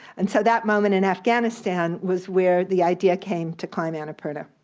and so that moment in afghanistan was where the idea came to climb and annapurna.